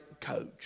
coach